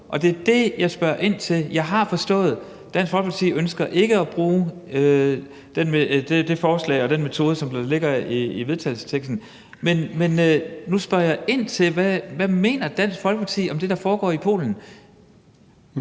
det er det, jeg spørger ind til. Jeg har forstået, at Dansk Folkeparti ikke ønsker at bruge det forslag og den metode, der ligger i beslutningsforslaget, men nu spørger jeg ind til, hvad Dansk Folkeparti mener om det, der foregår i Polen.